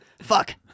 Fuck